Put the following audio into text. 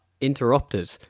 interrupted